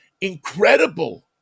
incredible